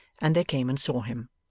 and they came and saw him.